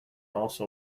also